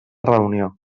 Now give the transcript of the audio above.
reunió